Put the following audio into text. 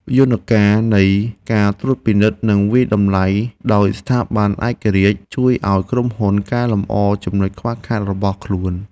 យន្តការនៃការត្រួតពិនិត្យ និងវាយតម្លៃដោយស្ថាប័នឯករាជ្យជួយឱ្យក្រុមហ៊ុនកែលម្អចំណុចខ្វះខាតរបស់ខ្លួន។